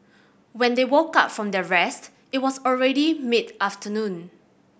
when they woke up from their rest it was already mid afternoon